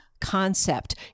concept